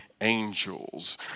angels